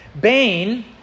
Bane